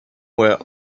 were